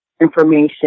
information